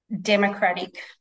democratic